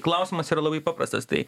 klausimas yra labai paprastas tai